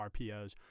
RPOs